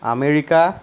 America